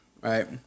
Right